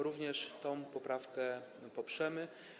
Również tę poprawkę poprzemy.